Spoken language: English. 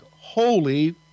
holy